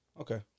Okay